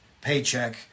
paycheck